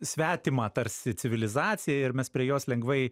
svetimą tarsi civilizaciją ir mes prie jos lengvai